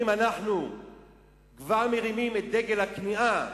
אם אנחנו כבר מרימים את דגל הכניעה